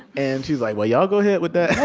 and she's like, well, y'all go ahead with that.